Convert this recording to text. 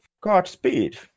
godspeed